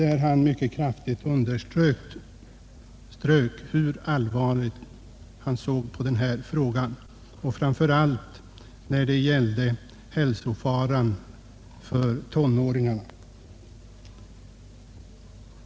Professor Birath underströk mycket kraftigt hur allvarligt han såg på tobaksbruket, framför allt när det gäller hälsofaran för tonåringarna.